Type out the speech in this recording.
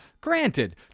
granted